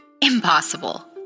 Impossible